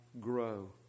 grow